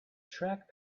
track